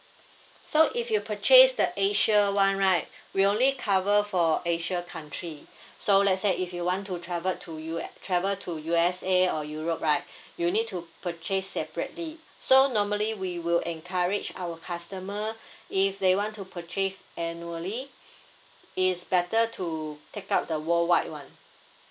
so if you purchase the asia [one] right we only cover for asia country so let's say if you want to travel to U travel to U_S_A or europe right you need to purchase separately so normally we will encourage our customer if they want to purchase annually is better to take up the worldwide [one]